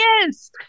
yes